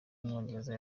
w’umwongereza